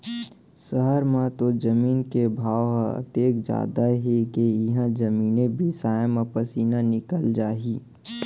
सहर म तो जमीन के भाव ह अतेक जादा हे के इहॉं जमीने बिसाय म पसीना निकल जाही